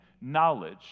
knowledge